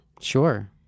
sure